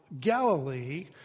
Galilee